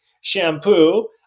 shampoo